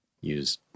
use